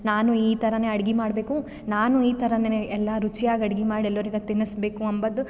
ನಾನು ಈ ಥರವೇ ಅಡ್ಗೆ ಮಾಡಬೇಕು ನಾನು ಈ ಅಡ್ಗೆ ಎಲ್ಲ ರುಚಿಯಾಗಿ ಅಡ್ಗೆ ಮಾಡಿ ಎಲ್ಲರಿಗೆ ತಿನಿಸ್ಬೇಕು ಅನ್ನೋದು